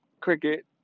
cricket